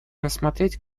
рассмотреть